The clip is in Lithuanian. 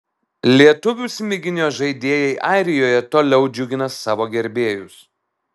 lietuvių smiginio žaidėjai airijoje toliau džiugina savo gerbėjus